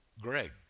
Greg